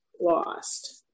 lost